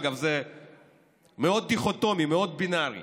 אגב, זה מאוד דיכוטומי, מאוד בינארי: